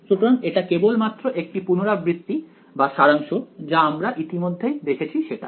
সুতরাং এটা কেবলমাত্র একটি পুনরাবৃত্তি বা সারাংশ যা আমরা ইতিমধ্যেই দেখেছি সেটার